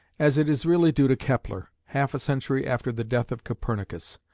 as it is really due to kepler, half a century after the death of copernicus,